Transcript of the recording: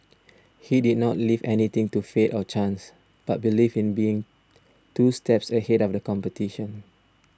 he did not leave anything to faith or chance but believed in being two steps ahead of the competition